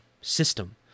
system